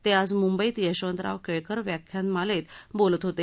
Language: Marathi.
ते आज मुंबईत यशवंतराव केळकर व्याख्यानवेळेत बोलत होते